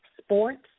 sports